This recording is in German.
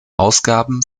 ausgaben